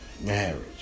marriage